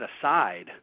aside